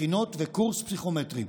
מכינות וקורס פסיכומטרי.